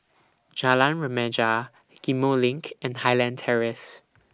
Jalan Remaja Ghim Moh LINK and Highland Terrace